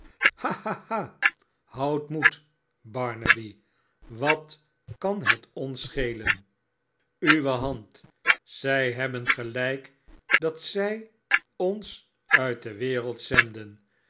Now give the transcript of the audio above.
houd moed barnaby wat kan het ons schelen uwe hand zij hebben gelijk dat zij ons uit de wereld zenden